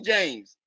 James